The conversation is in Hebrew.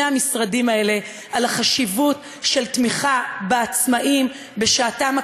המשרדים האלה לחשיבות של תמיכה בעצמאים בשעתם הקשה,